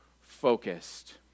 focused